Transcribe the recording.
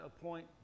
appoint